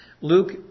Luke